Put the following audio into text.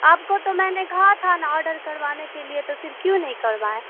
آپ کو تو میں نے کہا تھا نا آرڈر کروانے کے لیے تو پھر کیوں نہیں کروائیں